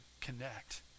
connect